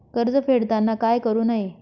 कर्ज फेडताना काय करु नये?